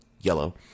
yellow